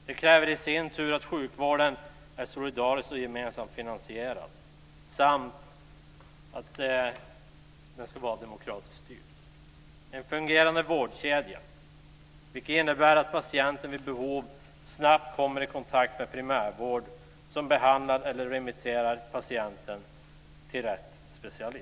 Det kräver i sin tur att sjukvården är solidariskt och gemensamt finansierad samt att den är demokratiskt styrd. Dels gäller det en fungerande vårdkedja som innebär att patienten vid behov snabbt kommer i kontakt med primärvård som behandlar eller remitterar patienten till rätt specialist.